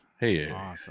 hey